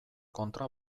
kontra